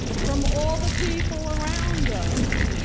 from all the people around us.